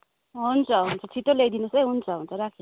हुन्छ हुन्छ छिटो ल्याइदिनुहोस् है हुन्छ हुन्छ राखेँ